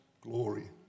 glory